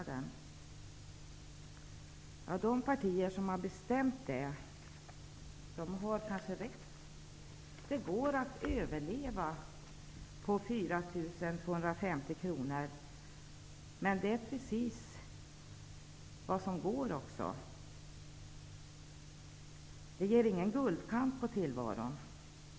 De partier som har bestämt detta har kanske rätt -- det går att överleva på 4 250 kr, men knappast heller mer. Det ger ingen guldkant på tillvaron.